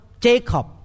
Jacob